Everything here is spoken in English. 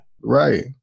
Right